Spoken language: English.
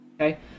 Okay